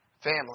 family